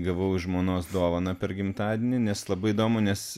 gavau žmonos dovaną per gimtadienį nes labai įdomu nes